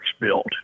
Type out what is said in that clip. built